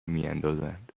میاندازند